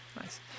Nice